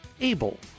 Abel